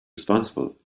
responsible